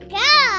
go